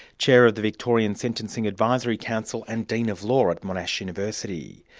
chair of the victorian sentencing advisory council and dean of law at monash university.